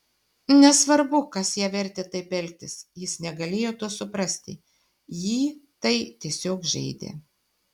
nesvarbu kas ją vertė taip elgtis jis negalėjo to suprasti jį tai tiesiog žeidė